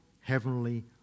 heavenly